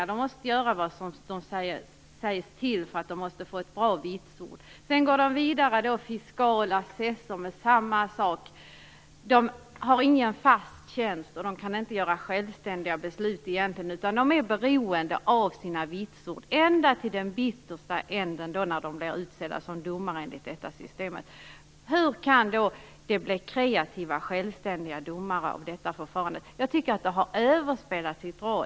Man måste göra vad man blir tillsagd för att få goda vitsord. Man går vidare genom fiskala tester under samma förhållanden. Man har inte fast tjänst och kan egentligen inte fatta självständiga beslut. Man är beroende av de vitsord som man får ända fram till det yttersta målet, när man enligt detta system blir utsedd till domare. Hur kan det komma ut kreativa och självständiga domare av detta förfarande? Jag tycker att det har spelat ut sin roll.